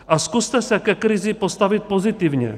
A zkuste se ke krizi postavit pozitivně.